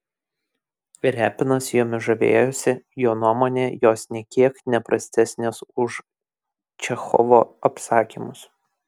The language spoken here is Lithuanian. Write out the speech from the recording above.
repinas jomis žavėjosi jo nuomone jos nė kiek ne prastesnės už čechovo apsakymus